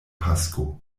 pasko